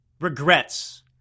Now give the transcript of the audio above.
regrets